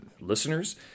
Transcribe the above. listeners